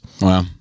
wow